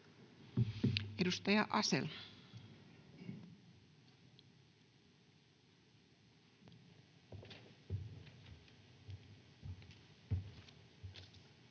Edustaja Asell.